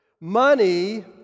Money